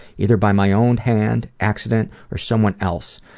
either by my own hands, accidents, or someone else.